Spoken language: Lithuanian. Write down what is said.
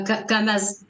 kad ką mes